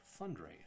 fundraise